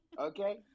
Okay